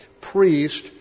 priest